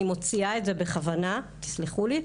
אני מוציאה את זה בכוונה, תסלחו לי.